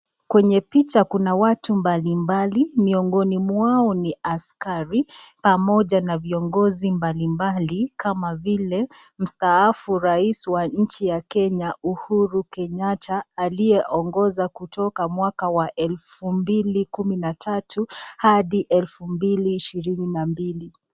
Kwenye picha kuna watu mbali mbali. Miongoni mwao ni askari pamoja na viongozi mbali mbali kama vile mstaafu wa raisi wa nchi ya Kenya, Uhuru Kenyata, aliyeongoza kutoka mwaka wa elfu mbili kumi na tatu hadi elfu mbili ishirini na mbili.